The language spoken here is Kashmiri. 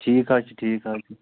ٹھیٖک حظ چھُ ٹھیٖک حظ چھُ